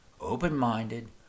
open-minded